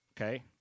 okay